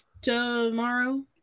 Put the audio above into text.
tomorrow